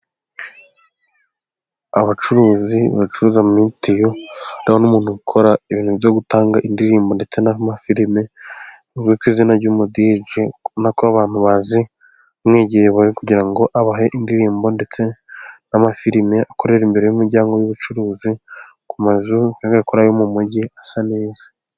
Abacuruzi bacuruza mitiyu. hari n'umuntu ukora ibintu byo gutanga indirimbo ndetse n'amafirime bazwi kwizina ry'umudije urabonako abantu baza bamwegeyebari kugira ngo kabahe indirimbo ndetse n'amafirie. akorera imbere y'umuryango w'urucuruzi ku mazu ubona ko ari ayo mu mgi asa neza.